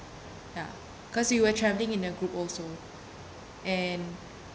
ya cause you were travelling in a group also and